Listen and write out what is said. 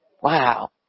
Wow